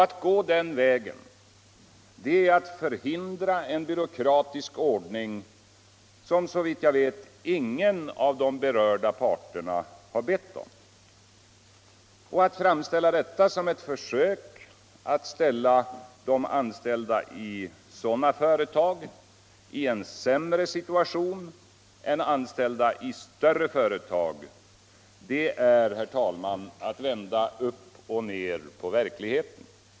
Att gå den vägen är att förhindra en byråkratisk ordning som, såvitt jag vet, ingen av de berörda parterna har bett om. Att framställa detta som ett försök att försätta de anställda i små företag i en sämre situation än anställda i större företag är, herr talman, att vända upp och ner på verkligheten.